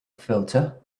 filter